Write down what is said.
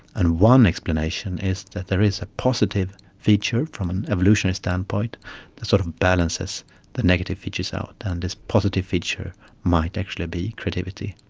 and one explanation is that there is a positive feature from an evolutionary standpoint that sort of balances the negative features out, and this positive feature might actually be creativity.